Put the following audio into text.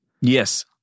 Yes